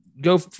go